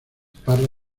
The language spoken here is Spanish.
parra